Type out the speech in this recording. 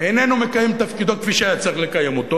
איננו מקיים את תפקידו כפי שהיה צריך לקיים אותו.